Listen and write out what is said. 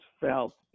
felt